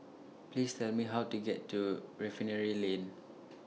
Please Tell Me How to get to Refinery Lane